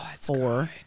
four